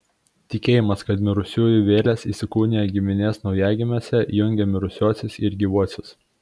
tikėjimas kad mirusiųjų vėlės įsikūnija giminės naujagimiuose jungė mirusiuosius ir gyvuosius